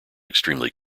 extremely